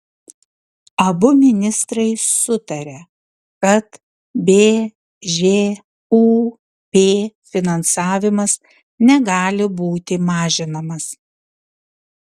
abu ministrai sutarė kad bžūp finansavimas negali būti mažinamas